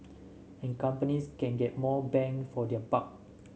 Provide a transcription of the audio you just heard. and companies can get more bang for their buck